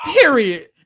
Period